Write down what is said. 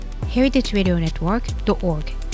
heritageradionetwork.org